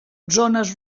zones